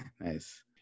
Nice